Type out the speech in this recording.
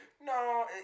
No